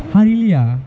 !huh! really ah